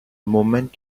moment